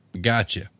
Gotcha